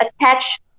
attach